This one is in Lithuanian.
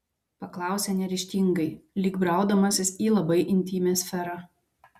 paklausė neryžtingai lyg braudamasis į labai intymią sferą